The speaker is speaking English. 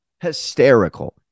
hysterical